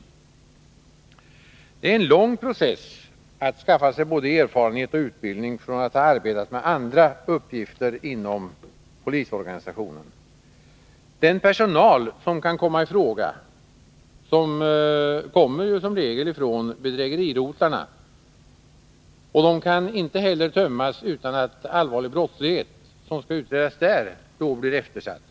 För personalen är det en lång process att skaffa sig både erfarenhet och utbildning från att ha arbetat med andra uppgifter inom polisorganisationen. Den personal som kan komma i fråga kommer som regel från bedrägerirotlarna, och dessa kan inte tömmas utan att allvarlig brottslighet som skall utredas där blir eftersatt.